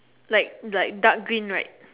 like like dark green right